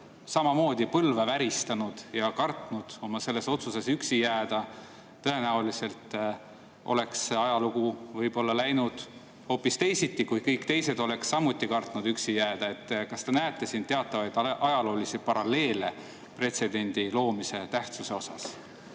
samamoodi põlve väristanud ja kartnud selles oma otsuses üksi jääda, oleks ajalugu võib-olla läinud hoopis teisiti. Ehk kõik teised oleks samuti kartnud üksi jääda. Kas te näete siin teatavaid ajaloolisi paralleele pretsedendi loomise tähtsuse poolest?